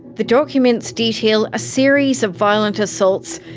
the documents detail a series of violent assaults,